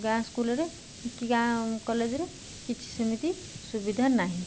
ଗାଁ ସ୍କୁଲ୍ରେ କି ଗାଁ କଲେଜ୍ରେ କିଛି ସେମିତି ସୁବିଧା ନାହିଁ